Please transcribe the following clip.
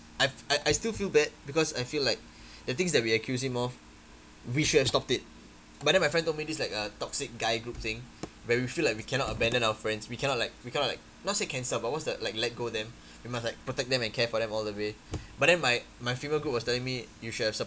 I've I I still feel bad because I feel like the things that we accuse him of we should have stopped it but then my friend told me this like a toxic guy group thing where we feel like we cannot abandon our friends we cannot like we cannot like not say cancel but what's the like let go them we must like protect them and care for them all the way but then my my female group was telling me you should have